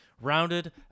rounded